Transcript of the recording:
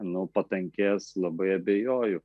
nu patankės labai abejoju